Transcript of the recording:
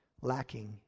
lacking